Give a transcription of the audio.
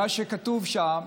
מה שכתוב שם,